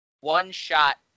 one-shot